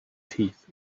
teeth